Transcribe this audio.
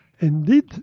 indeed